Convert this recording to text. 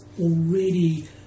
already